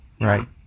Right